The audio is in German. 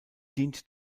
dient